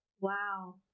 Wow